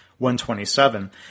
127